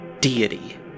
deity